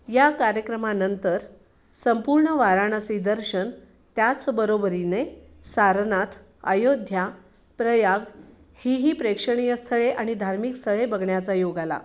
या कार्यक्रमानंतर संपूर्ण वाराणासी दर्शन त्याचबरोबरीने सारनाथ अयोध्या प्रयाग ही ही प्रेक्षणीय स्थळे आणि धार्मिक स्थळे बघण्याचा योग आला